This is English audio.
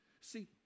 See